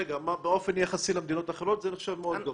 באופן יחסי למדינות אחרות זה נחשב מאוד גבוה.